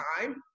time